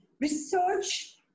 research